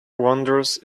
wondrous